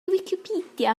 wicipedia